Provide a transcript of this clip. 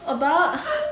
about